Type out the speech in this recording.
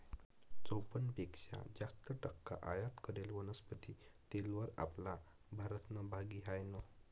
चोपन्न पेक्शा जास्त टक्का आयात करेल वनस्पती तेलवर आपला भारतनं भागी हायनं